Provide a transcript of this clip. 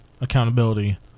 accountability